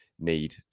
need